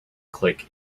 click